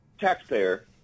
taxpayer